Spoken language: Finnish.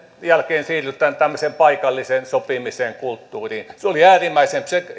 jälkeen siirrytään tämmöisen paikallisen sopimisen kulttuuriin se oli äärimmäisen